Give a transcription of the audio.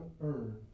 earn